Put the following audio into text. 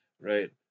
right